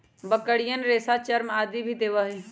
बकरियन रेशा, चर्म आदि भी देवा हई